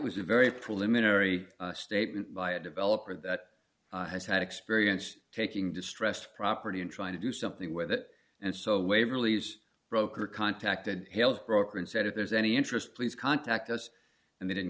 was a very preliminary statement by a developer that has had experience taking distressed property and trying to do something with it and so waverly broker contacted his broker and said if there's any interest please contact us and they didn't